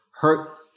Hurt